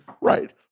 Right